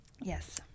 yes